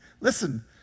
listen